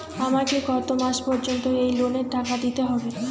আমাকে কত মাস পর্যন্ত এই লোনের টাকা দিতে হবে?